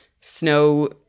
snow